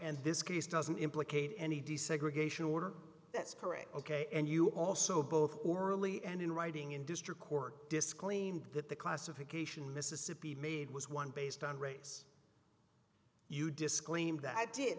and this case doesn't implicate any desegregation order that's correct ok and you also both orally and in writing in district court disclaimed that the classification mississippi made was one based on race you disclaimed that i did